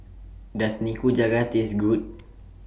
Does Nikujaga Taste Good